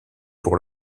pour